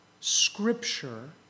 Scripture